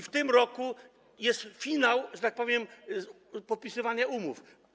W tym roku jest finał, że tak powiem, podpisywania umów.